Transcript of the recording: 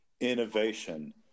innovation